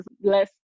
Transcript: less